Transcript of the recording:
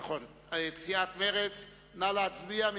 נא להצביע.